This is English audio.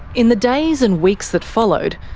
in the days and weeks that followed,